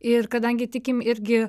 ir kadangi tikim irgi